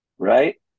Right